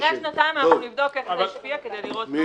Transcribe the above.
אז אחרי שנתיים נבדוק איך זה השפיע כדי לראות מה